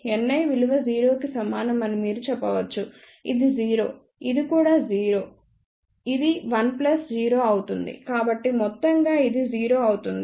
Ni విలువ 0 కి సమానం అని మీరు చెప్పవచ్చు ఇది 0 ఇది కూడా 0 ఇది 1 ప్లస్ 0 అవుతుంది కాబట్టి మొత్తంగా ఇది 0 అవుతుంది